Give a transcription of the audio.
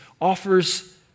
offers